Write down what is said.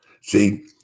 See